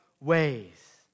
ways